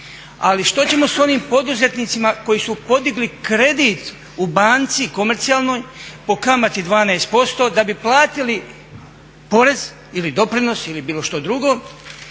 ali što ćemo s onim poduzetnicima koji su podigli kredit u banci komercijalnoj po kamati 12% da bi platili porez ili doprinos ili bilo što drugo